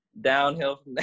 downhill